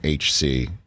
HC